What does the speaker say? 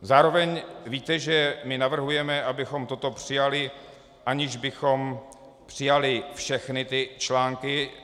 Zároveň víte, že my navrhujeme, abychom toto přijali, aniž bychom přijali všechny články.